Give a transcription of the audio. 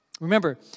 Remember